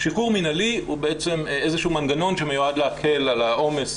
שחרור מינהלי הוא איזה שהוא מנגנון שנועד להקל על העומס